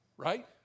Right